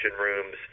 rooms